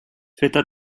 faites